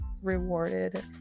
rewarded